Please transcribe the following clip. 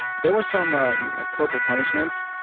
there were some ah you know horrible punishments,